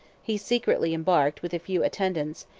he secretly embarked with a few attendants,